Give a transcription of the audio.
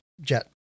jet